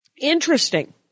Interesting